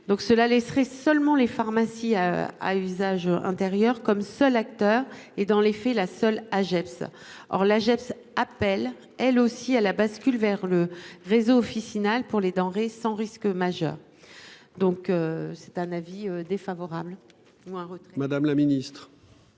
cela laisserait seulement les pharmacies à usage intérieur comme seul acteur et dans les faits, la seule AGEPP. Or la JEP appelle elle aussi à la bascule vers le réseau officinale pour les denrées sans risque majeur. Donc c'est un avis défavorable ou un retrait.